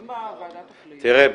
אם הוועדה תחליט --- תראה,